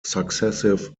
successive